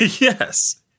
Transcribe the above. Yes